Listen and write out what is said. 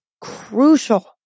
crucial